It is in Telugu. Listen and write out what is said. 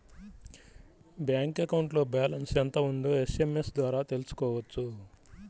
బ్యాంక్ అకౌంట్లో బ్యాలెన్స్ ఎంత ఉందో ఎస్ఎంఎస్ ద్వారా తెలుసుకోవచ్చు